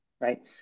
Right